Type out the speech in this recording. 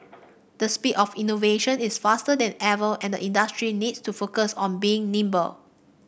the speed of innovation is faster than ever and industry needs to focus on being nimble